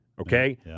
okay